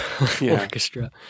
orchestra